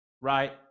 right